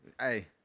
Hey